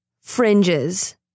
fringes